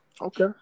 Okay